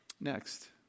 Next